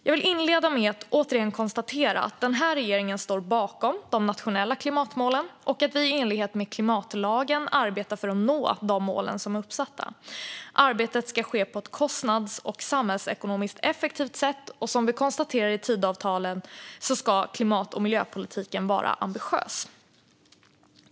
Jag vill inleda med att återigen konstatera att den här regeringen står bakom de nationella klimatmålen och att vi i enlighet med klimatlagen arbetar för att nå de mål som är uppsatta. Arbetet ska ske på ett kostnadseffektivt och samhällsekonomiskt effektivt sätt, och som vi konstaterar i Tidöavtalet ska klimat och miljöpolitiken vara ambitiös.